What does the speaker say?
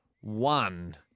one